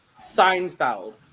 Seinfeld